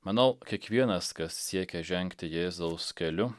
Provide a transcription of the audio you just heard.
manau kiekvienas kas siekia žengti jėzaus keliu